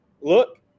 look